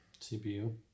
cpu